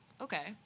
okay